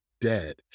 dead